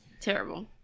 terrible